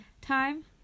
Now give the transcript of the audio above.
time